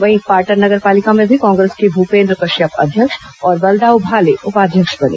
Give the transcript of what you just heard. वहीं पाटन नगर पालिका में भी कांग्रेस के भूपेन्द्र कश्यप अध्यक्ष और बलदाऊ भाले उपाध्यक्ष बने